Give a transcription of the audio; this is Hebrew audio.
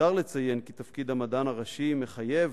למותר לציין כי תפקיד המדען הראשי מחייב